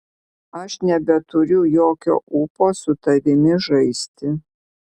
aš nebeturiu jokio ūpo su tavimi žaisti